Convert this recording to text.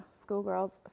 Schoolgirls